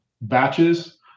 batches